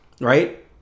right